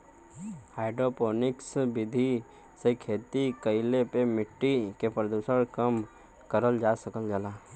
hydroponics विधि से खेती कईले पे मट्टी के प्रदूषण कम करल जा सकल जाला